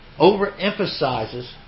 overemphasizes